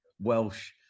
Welsh